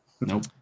Nope